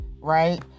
right